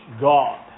God